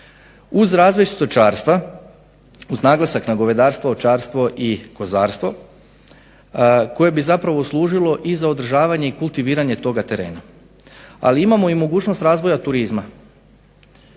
Uz razvoj stočarstva, uz naglasak na govedarstvo, ovčarstvo i kozarstvo koje bi zapravo služilo i za održavanje i kultiviranje toga terena ali imamo i mogućnost razvoja turizma.